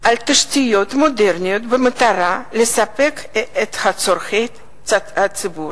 על תשתיות מודרניות במטרה לספק את צורכי הציבור.